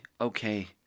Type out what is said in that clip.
okay